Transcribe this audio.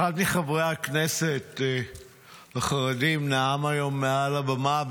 אחד מחברי הכנסת החרדים נאם היום מעל לבמה,